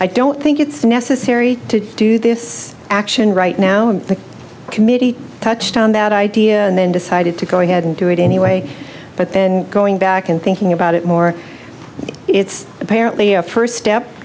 i don't think it's necessary to do this action right now and the committee touched on that idea and then decided to go ahead and do it anyway but then going back and thinking about it more it's apparently a first step